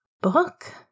Book